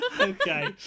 Okay